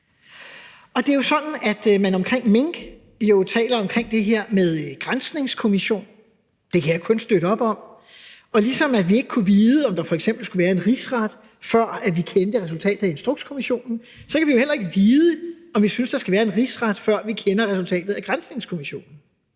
Og det er jo sådan, at man omkring mink taler om det her med en granskningskommission – det kan jeg kun støtte op om. Og ligesom vi ikke kunne vide, om der f.eks. skulle være en rigsret, før vi kendte resultatet fra Instrukskommissionen, kan vi jo heller ikke vide, om vi synes, der skal være en rigsret, før vi kender resultatet fra granskningskommissionen.